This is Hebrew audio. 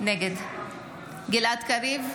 נגד גלעד קריב,